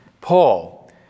Paul